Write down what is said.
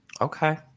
Okay